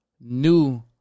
new